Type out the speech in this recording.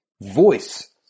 voice